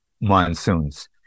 monsoons